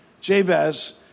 Jabez